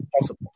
possible